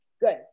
good